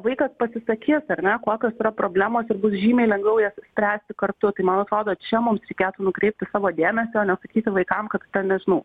vaikas pasisakys ar ne kokios yra problemos ir bus žymiai lengviau jas išspręsti kartu man atrodo čia mums reikėtų nukreipti savo dėmesį o ne sakyti vaikam kad ten nežinau